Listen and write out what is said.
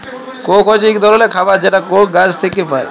Coke হছে ইক ধরলের খাবার যেটা কোক গাহাচ থ্যাইকে পায়